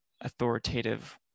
authoritative